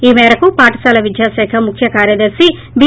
ఈ మేరకు పాఠశాల విద్యాశాఖ ముఖ్యకార్యదర్పి బి